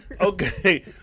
Okay